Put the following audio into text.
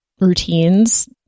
routines